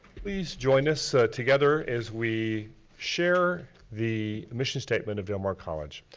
please join us together as we share the mission statement of del mar college.